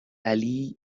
علی